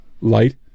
light